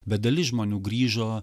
bet dalis žmonių grįžo